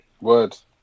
Words